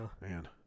Man